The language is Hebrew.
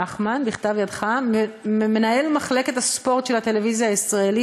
נחמן: מנהל מחלקת הספורט של הטלוויזיה הישראלית